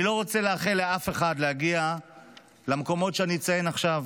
אני לא רוצה לאחל לאף אחד להגיע למקומות שאני אציין עכשיו,